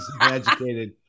educated